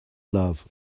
love